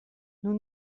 nous